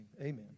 amen